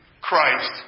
Christ